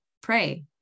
pray